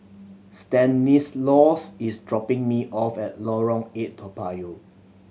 Stanislaus is dropping me off at Lorong Eight Toa Payoh